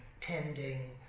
tending